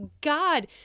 God